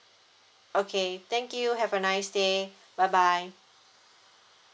okay thank you have a nice day bye bye